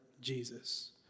Jesus